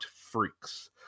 Freaks